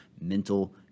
mental